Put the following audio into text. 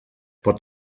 pot